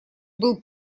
был